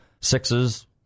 sixes